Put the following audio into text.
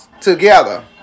together